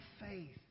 faith